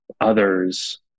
others